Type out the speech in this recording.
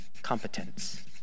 competence